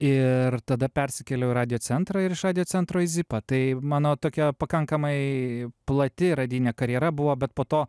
ir tada persikėliau į radiocentrą ir iš radiocentro į zipą tai mano tokia pakankamai plati radijinė karjera buvo bet po to